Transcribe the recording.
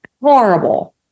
horrible